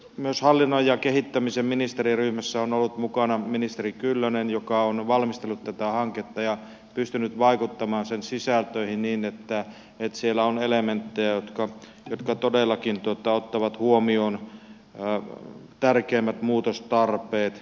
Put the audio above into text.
myös hallinnon ja kehittämisen ministeriryhmässä on ollut mukana ministeri kyllönen joka on valmistellut tätä hanketta ja pystynyt vaikuttamaan sen sisältöihin niin että siellä on elementtejä jotka todellakin ottavat huomioon tärkeimmät muutostarpeet